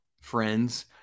friends